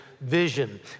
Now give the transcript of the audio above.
vision